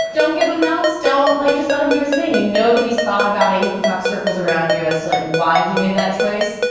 don't give him notes, don't like, just let him do his thing. you know that he's thought about it. he can talk circles around you as to like why he made that choice.